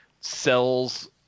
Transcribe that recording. sells